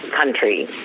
country